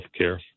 healthcare